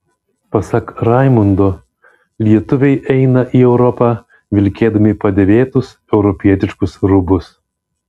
pasak raimundo lietuviai eina į europą vilkėdami padėvėtus europietiškus rūbus